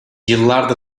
yıllardır